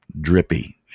drippy